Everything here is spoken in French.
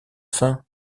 faim